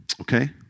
okay